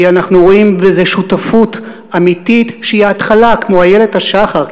כי אנחנו רואים בזה שותפות אמיתית שהיא התחלה כמו איילת השחר,